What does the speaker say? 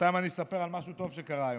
בינתיים אספר על משהו טוב שקרה היום,